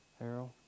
Harold